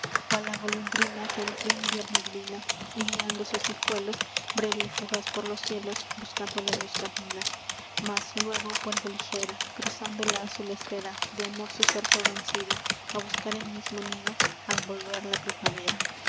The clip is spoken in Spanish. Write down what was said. cual la golondrina que el frio invierno adivina y guiando sus hijuelos breve y fugaz por los cielos buscando la luz camina mas luégo vuelve ligera cruzando la azul esfera de amor su sér todo henchido á buscar el mismo nido al volver la primavera